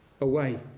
away